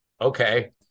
okay